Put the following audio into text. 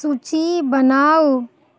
सूची बनाउ